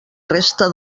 resta